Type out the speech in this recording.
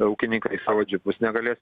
ūkininkai į savo džipus negalės